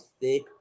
thick